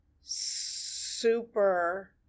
super